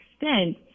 extent